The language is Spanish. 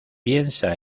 piensa